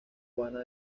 juana